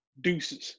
deuces